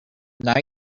now